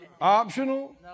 optional